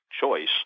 choice